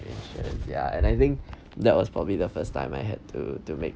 insurance ya and I think that was probably the first time I had to do make